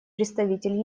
представитель